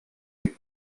you